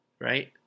right